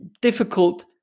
difficult